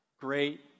great